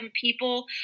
people